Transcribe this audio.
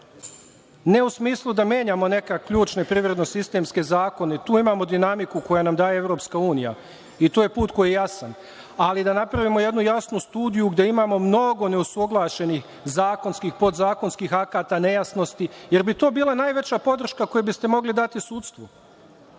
Ne u smislu da menjamo neke ključne privredno sistemske zakone, tu imamo dinamiku koju nam daje EU i to je put koji je jasan, ali da napravimo jednu jasnu studiju gde imamo mnogo neusaglašenih zakonskih, podzakonskih akata, nejasnosti, jer bi to bila najveća podrška koju biste mogli dati sudstvu,